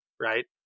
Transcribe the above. right